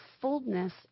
fullness